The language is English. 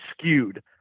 skewed